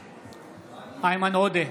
בעד איימן עודה,